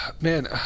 Man